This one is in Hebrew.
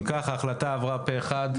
אם כך, ההצעה עברה פה אחד.